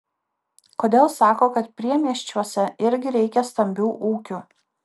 kodėl sako kad priemiesčiuose irgi reikia stambių ūkių